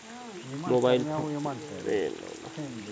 Mobile phone कर माध्यम ले अपन स्टेटमेंट देखे बर कौन करों?